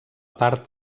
part